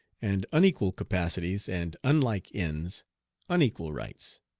and unequal capacities and unlike ends unequal rights,